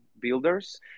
builders